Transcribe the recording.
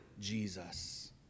Jesus